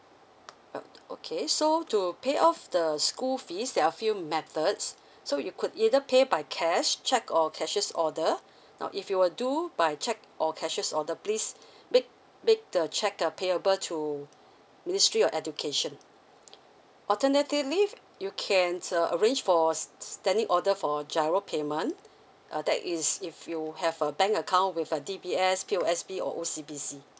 uh okay so to pay off the school fees there're a few methods so you could either pay by cash check or cashier's order now if you will do by check or cashier's order please make make the check uh payable to ministry of education alternatively you can uh arrange for standing order for GIRO payment uh that is if you have a bank account with a D_B_S P_O_S_B or O_C_B_C